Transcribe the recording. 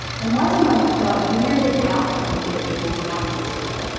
and weizenbaum got weirded out by the way that people reacted to it.